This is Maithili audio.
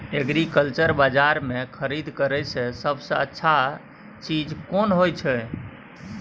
एग्रीकल्चर बाजार में खरीद करे से सबसे अच्छा चीज कोन होय छै?